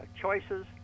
choices